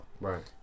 right